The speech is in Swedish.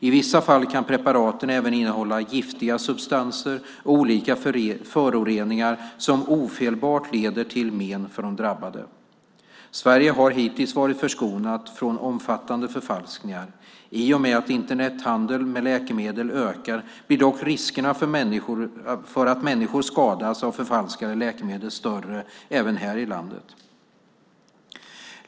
I vissa fall kan preparaten även innehålla giftiga substanser och olika föroreningar som ofelbart leder till men för de drabbade. Sverige har hittills varit förskonat från omfattande förfalskningar. I och med att Internethandel med läkemedel ökar blir dock riskerna för att människor skadas av förfalskade läkemedel större även här i landet.